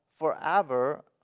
Forever